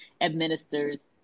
administers